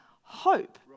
hope